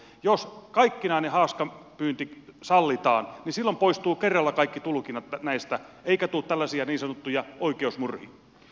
jos kaikkinainen haaskapyynti sallitaan niin silloin poistuvat kerralla kaikki tulkinnat näistä eikä tule tällaisia niin sanottuja oikeusmurhia